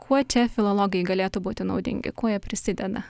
kuo čia filologai galėtų būti naudingi kuo jie prisideda